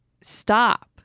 stop